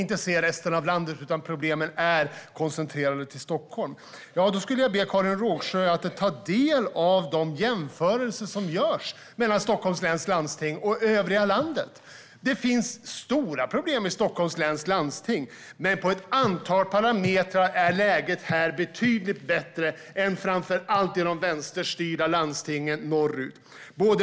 Hon ser inte resten av landet, utan problemen är koncentrerade till Stockholm. Då skulle jag vilja be Karin Rågsjö ta del av de jämförelser som görs mellan Stockholms läns landsting och övriga landet. Det finns stora problem i Stockholms läns landsting, men på ett antal parametrar är läget här betydligt bättre än framför allt i de vänsterstyrda landstingen norrut.